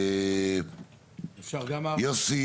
יוסי